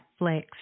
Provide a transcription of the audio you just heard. Netflix